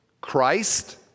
Christ